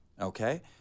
okay